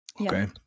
Okay